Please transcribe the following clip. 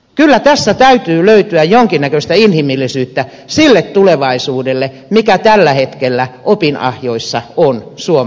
kyllä tässä täytyy löytyä jonkinnäköistä inhimillisyyttä sille tulevaisuudelle mikä tällä hetkellä opinahjoissa on suomea varten